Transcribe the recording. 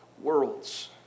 worlds